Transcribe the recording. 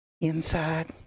inside